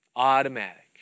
automatic